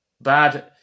bad